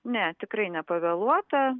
ne tikrai nepavėluota